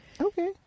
okay